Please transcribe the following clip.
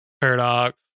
paradox